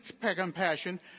compassion